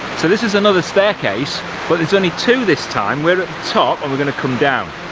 so this is another staircase but there's only two this time we're at the top are we're going to come down.